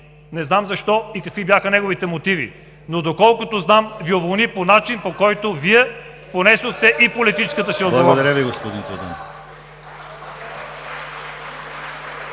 не знам защо и какви бяха неговите мотиви, но доколкото знам, Ви уволни по начин, по който Вие понесохте и политическата си отговорност.